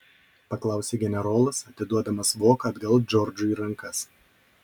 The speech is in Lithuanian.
paklausė generolas atiduodamas voką atgal džordžui į rankas